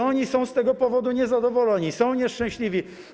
Oni są z tego powodu niezadowoleni, są nieszczęśliwi.